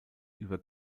über